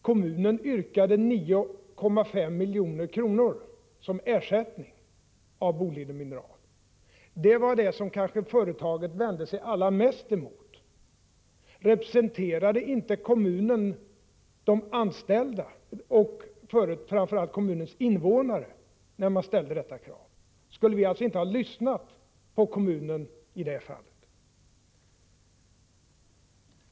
Kommunen yrkade 28 januari 1986 9,5 milj.kr. som ersättning av Boliden Mineral. Det var det som företaget kanske vände sig allra mest emot. Representerade inte kommunen de anställda och framför allt kommunens invånare när man ställde detta krav? | Garpenberg Skulle vi alltså inte ha lyssnat på kommunen i det fallet?